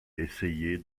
essayait